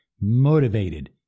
motivated